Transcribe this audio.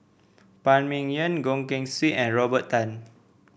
Phan Ming Yen Goh Keng Swee and Robert Tan